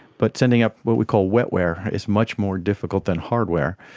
but sending up what we call wetware is much more difficult than hardware.